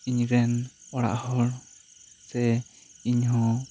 ᱤᱧ ᱨᱮᱱ ᱚᱲᱟᱜ ᱦᱚᱲ ᱥᱮ ᱤᱧ ᱦᱚᱸ